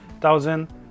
thousand